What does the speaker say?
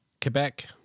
Quebec